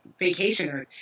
vacationers